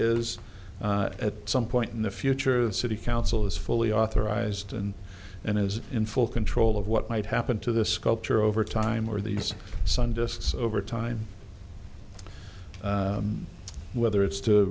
is at some point in the future the city council is fully authorized and and is in full control of what might happen to the sculpture over time or these sun discs over time whether it's to